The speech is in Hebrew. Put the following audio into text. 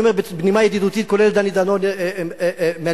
בנימה ידידותית, כולל דני דנון מהליכוד: